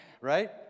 right